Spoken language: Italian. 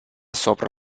sopra